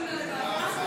כן?